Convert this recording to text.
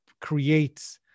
creates